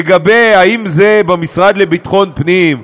לגבי אם זה במשרד לביטחון פנים,